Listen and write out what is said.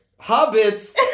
Hobbits